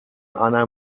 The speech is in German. eine